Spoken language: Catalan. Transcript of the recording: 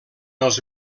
els